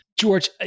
George